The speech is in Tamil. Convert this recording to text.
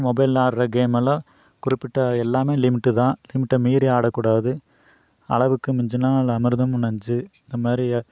மொபைலில் ஆடுற கேமெல்லாம் குறிப்பிட்ட எல்லாமே லிமிட்டு தான் லிமிட்டை மீறி ஆடக்கூடாது அளவுக்கு மிஞ்சினால் அமிர்தமும் நஞ்சு இந்தமாதிரி